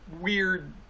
weird